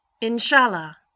inshallah